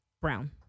Brown